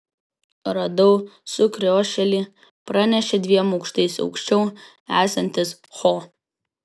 radau sukriošėlį pranešė dviem aukštais aukščiau esantis ho